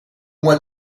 mois